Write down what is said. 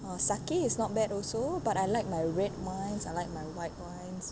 uh sake is not bad also but I like my red wines I like my white wines